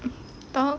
talk